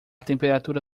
temperatura